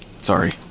Sorry